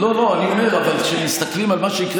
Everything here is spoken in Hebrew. אבל כשמסתכלים על מה שיקרה,